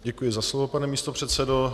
Děkuji za slovo, pane místopředsedo.